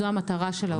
זו המטרה של ההוראה הזאת.